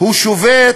שובת